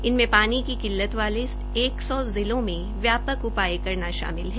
इनमें पानी की किल्लत वाले एक सौ जिलों में व्यापक उपाय करना शामिल है